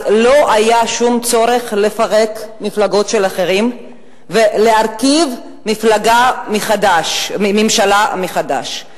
אז לא היה שום צורך לפרק מפלגות של אחרים ולהרכיב ממשלה מחדש.